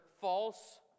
false